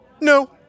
No